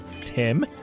Tim